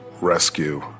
rescue